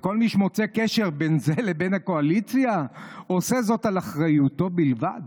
וכל מי שמוצא קשר בין זה לבין הקואליציה עושה זאת על אחריותו בלבד.